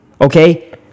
okay